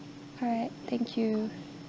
alright thank you